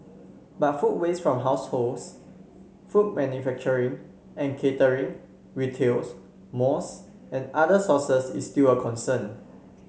but food waste from households food manufacturing and catering retails malls and other sources is still a concern